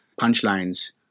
punchlines